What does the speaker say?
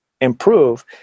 improve